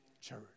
church